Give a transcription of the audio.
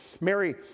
Mary